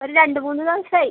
ഒരു രണ്ട് മൂന്ന് ദിവസമായി